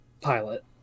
pilot